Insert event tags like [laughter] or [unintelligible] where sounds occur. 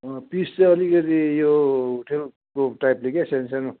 piece चाहिँ अलिकति यो [unintelligible] टाइपले के सानो सानो